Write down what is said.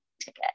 ticket